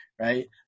right